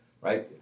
right